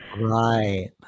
Right